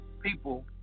people